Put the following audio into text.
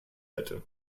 hätte